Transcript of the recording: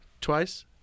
twice